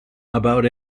about